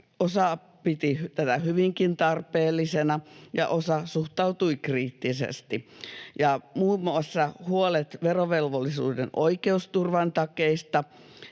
Osa piti tätä hyvinkin tarpeellisena ja osa suhtautui kriittisesti. Muun muassa huolet verovelvollisuuden oikeusturvan takeista,